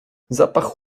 zapach